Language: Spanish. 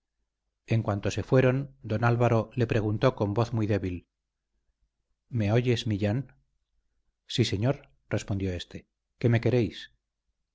en cuanto se fueron don álvaro le preguntó con voz muy débil me oyes millán sí señor respondió éste qué me queréis